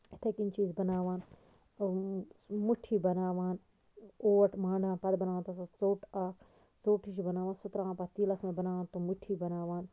یِتھٕے کَنۍ چھِ أسۍ بَناوان سُہ مُٹھی بَناوان اوٹ مانڈان پَتہٕ بَناوان تَتھ ژوٚٹ اکھ ژوٚٹ ہِش بَناوان سُہ تراوان پَتہٕ تیٖلَس منٛز بَناوان تِم مُٹھی بَناوان